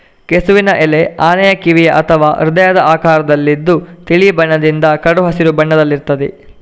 ಕೆಸುವಿನ ಎಲೆ ಆನೆಯ ಕಿವಿಯ ಅಥವಾ ಹೃದಯದ ಆಕಾರದಲ್ಲಿದ್ದು ತಿಳಿ ಬಣ್ಣದಿಂದ ಕಡು ಹಸಿರು ಬಣ್ಣದಲ್ಲಿರ್ತದೆ